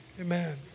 Amen